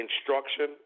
instruction